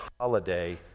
holiday